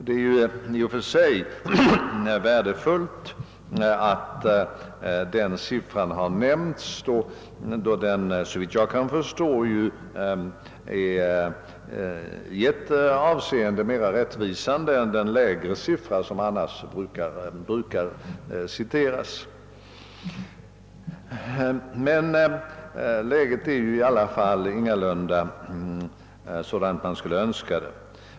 Det är i och för sig värdefullt att denna siffra nämnts, då den såvitt jag kan förstå är i ett avseende mera rättvisande än den lägre siffra som annars brukar citeras. Men läget är i alla fall ingalunda sådant som man skulle önska.